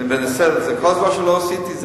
כל עוד לא עשיתי,